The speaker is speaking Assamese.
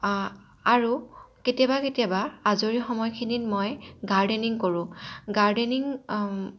আৰু কেতিয়াবা কেতিয়াবা আজৰি সময়খিনিত মই গাৰ্ডেনিং কৰোঁ গাৰ্ডেনিং